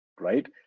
right